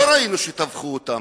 לא ראינו שטבחו אותם,